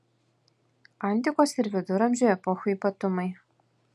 antikos ir viduramžių epochų ypatumai